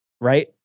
right